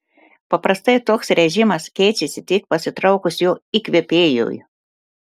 paprastai toks režimas keičiasi tik pasitraukus jo įkvėpėjui